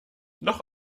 noch